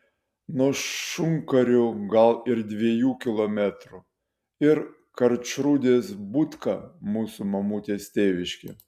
nuo šunkarių gal už dviejų kilometrų ir karčrūdės bukta mūsų mamutės tėviškė